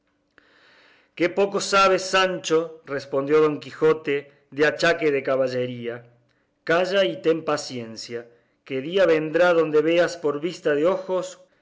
qué poco sabes sancho respondió don quijote de achaque de caballería calla y ten paciencia que día vendrá donde veas por vista de ojos